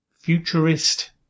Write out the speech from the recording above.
Futurist